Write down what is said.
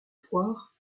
foires